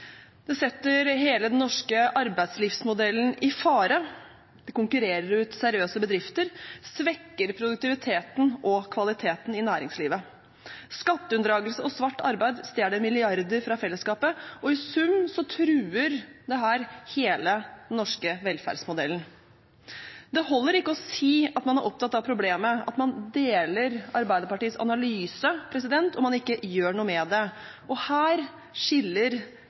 det setter hele den norske arbeidslivsmodellen i fare, det utkonkurrerer seriøse bedrifter, og det svekker produktiviteten og kvaliteten i næringslivet. Skatteunndragelse og svart arbeid stjeler milliarder fra fellesskapet, og i sum truer dette hele den norske velferdsmodellen. Det holder ikke å si at man er opptatt av problemet, at man deler Arbeiderpartiets analyse om at man ikke gjør noe med det, og her skiller